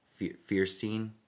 Fierstein